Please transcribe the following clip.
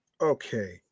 okay